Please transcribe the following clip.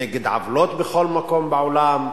נגד עוולות בכל מקום בעולם,